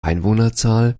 einwohnerzahl